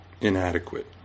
inadequate